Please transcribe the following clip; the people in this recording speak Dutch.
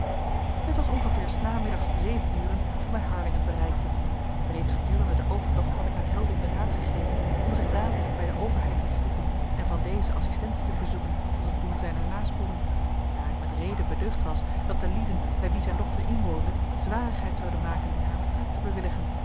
het was ongeveer s namiddags zeven uren toen wij harlingen bereikten reeds gedurende den overtocht had ik aan helding den raad gegeven om zich dadelijk bij de overheid te vervoegen en van deze assistentie te verzoeken tot het doen zijner nasporing daar ik met reden beducht was dat de lieden bij wie zijn dochter inwoonde zwarigheid zouden maken in haar vertrek te